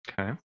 okay